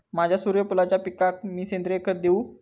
माझ्या सूर्यफुलाच्या पिकाक मी सेंद्रिय खत देवू?